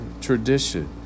tradition